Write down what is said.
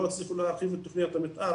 אני לא רוצה פה להרחיב על תכניות המתאר,